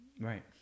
Right